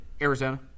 Arizona